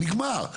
נגמר,